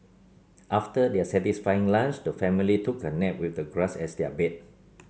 after their satisfying lunch the family took a nap with the grass as their bed